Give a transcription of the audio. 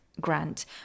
grant